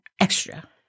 extra